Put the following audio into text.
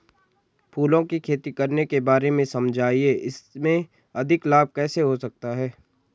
फूलों की खेती करने के बारे में समझाइये इसमें अधिक लाभ कैसे हो सकता है?